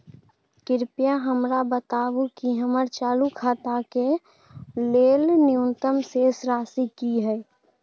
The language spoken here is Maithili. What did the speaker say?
कृपया हमरा बताबू कि हमर चालू खाता के लेल न्यूनतम शेष राशि की हय